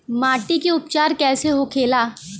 माटी के उपचार कैसे होखे ला?